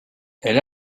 elle